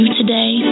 today